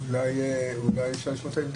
כי כפי שאמר גם חבר הכנסת גינזבורג,